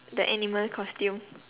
the animal costume